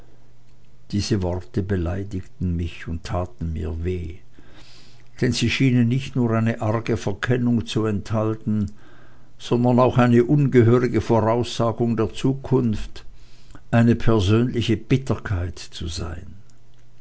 diese worte beleidigten mich und taten mir weh denn sie schienen nicht nur eine arge verkennung zu enthalten sondern auch eine ungehörige voraussagung der zukunft eine persönliche bitterkeit zu sein